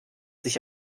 sich